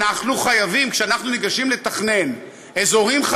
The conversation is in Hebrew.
כשאנחנו ניגשים לתכנן אזורים,